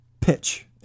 pitch